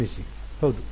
ಕ್ಷಮಿಸಿ ಹೌದು